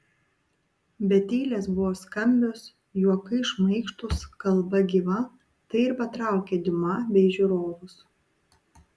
bet eilės buvo skambios juokai šmaikštūs kalba gyva tai ir patraukė diuma bei žiūrovus